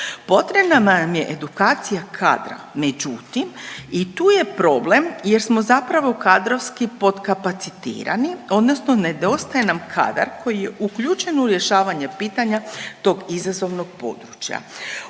Potrebna nam je edukacija kada, međutim i tu je problem jer smo zapravo kadrovski potkapacitirani odnosno nedostaje nam kadar koji je uključen u rješavanje pitanja tog izazovnog područja.